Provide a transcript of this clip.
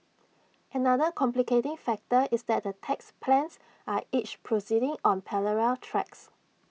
another complicating factor is that the tax plans are each proceeding on parallel tracks